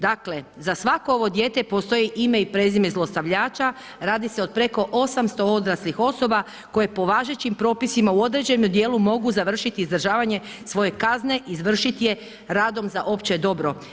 Dakle za svako ovo dijete postoji ime i prezime zlostavljača, radi se od preko 800 odraslih osoba koje po važećim propisima u određenom dijelu mogu završiti izdržavanje svoje kazne, izvršiti je radom za opće dobro.